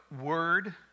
word